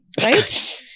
right